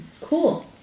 Cool